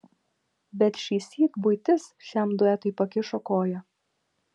bet šįsyk buitis šiam duetui pakišo koją